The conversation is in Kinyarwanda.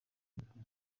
wifuza